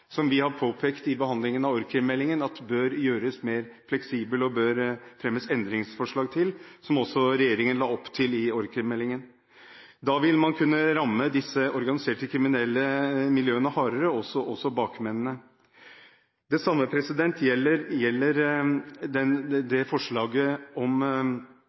paragrafen. Vi har i behandlingen av meldingen om organisert kriminalitet påpekt at den bør gjøres mer fleksibel, og det bør fremmes endringsforslag til den – noe regjeringen også la opp til i meldingen om organisert kriminalitet. Da vil man kunne ramme disse organiserte kriminelle miljøene hardere, og også bakmennene. Det samme gjelder forslaget om